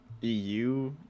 EU